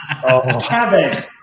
Kevin